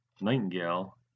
Nightingale